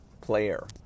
player